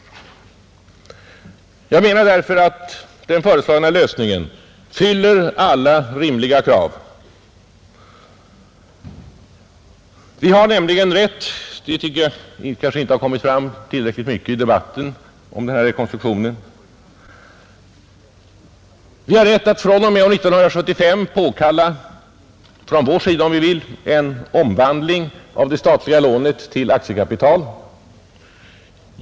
Jag menar därför att den föreslagna lösningen uppfyller alla rimliga krav. Vi har nämligen rätt — det har kanske inte tillräckligt mycket kommit fram i debatten om denna rekonstruktion — att fr. om. år 1975 från vår sida påkalla en omvandling av det statliga lånet till aktiekapital.